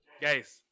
Guys